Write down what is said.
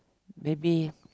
maybe